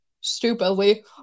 stupidly